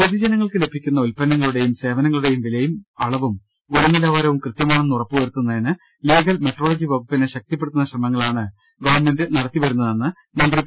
പൊതുജനങ്ങൾക്ക് ലഭിക്കുന്ന ഉൽപ്പന്നങ്ങളുടെയും സേവനങ്ങ ളുടെയും വിലയും അളവും ഗുണനിലവാരവും കൃത്യമാണെന്ന് ഉറ പ്പുവരുത്തുന്നതിന് ലീഗൽ മെട്രോളജി വകുപ്പിനെ ശക്തിപ്പെടുത്തുന്ന ശ്രമങ്ങളാണ് ഗവൺമെന്റ് നടത്തിവരുന്നതെന്ന് മന്ത്രി പി